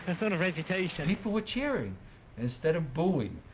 ah sort of reputation. people were cheering instead of booing.